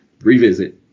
revisit